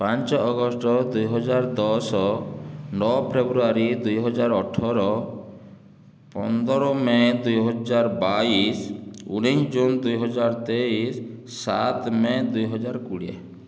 ପାଞ୍ଚ ଅଗଷ୍ଟ ଦୁଇ ହଜାର ଦଶ ନଅ ଫେବ୍ରୁଆରୀ ଦୁଇ ହଜାର ଅଠର ପନ୍ଦର ମେ ଦୁଇ ହଜାର ବାଇଶ ଉଣାଇଶ ଜୁନ ଦୁଇ ହଜାର ତେଇଶ ସାତ ମେ ଦୁଇ ହଜାର କୋଡ଼ିଏ